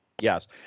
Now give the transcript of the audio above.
Yes